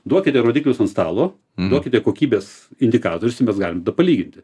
duokite rodiklius ant stalo duokite kokybės indikatorius ir mes galim palyginti